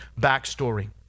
backstory